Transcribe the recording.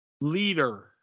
leader